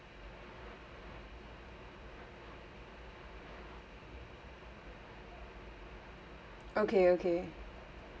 okay okay